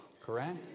correct